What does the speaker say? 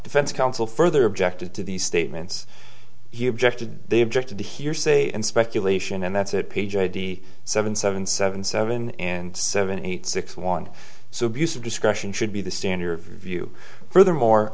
defense counsel further objected to these statements he objected they objected to hearsay and speculation and that's it page eighty seven seven seven seven and seven eight six one so abuse of discretion should be the standard view furthermore